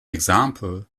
example